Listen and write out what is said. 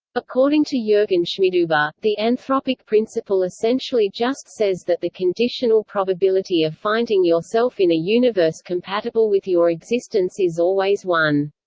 according to jurgen schmidhuber, the anthropic principle essentially just says that the conditional probability of finding yourself in a universe compatible with your existence is always one.